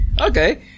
okay